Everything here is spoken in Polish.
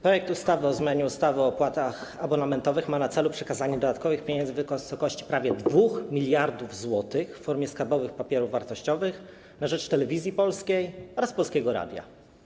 Projekt ustawy o zmianie ustawy o opłatach abonamentowych ma na celu przekazanie dodatkowych pieniędzy w wysokości prawie 2 mld zł w formie skarbowych papierów wartościowych na rzecz Telewizji Polskiej oraz Polskiego Radia.